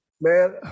Man